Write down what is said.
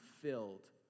filled